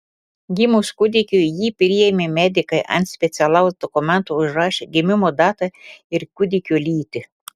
gimus kūdikiui jį priėmę medikai ant specialaus dokumento užrašė gimimo datą ir kūdikio lytį